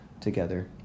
together